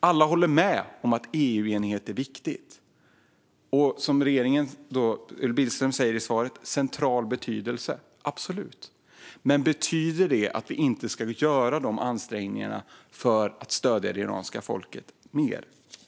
Alla håller med om att EU-enighet är viktigt och, som Billström säger i svaret, "av central betydelse" - absolut! Men betyder det att vi inte ska göra dessa ansträngningar för att stödja det iranska folket mer?